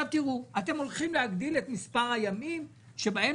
אתם הולכים להגדיל את מספר הימים שבהם